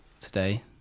today